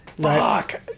Fuck